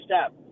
step